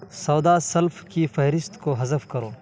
سودا سلف کی فہرست کو حذف کرو